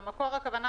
במקור הכוונה